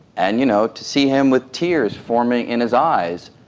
and you know to see him with tears forming in his eyes,